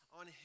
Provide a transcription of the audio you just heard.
on